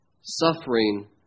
suffering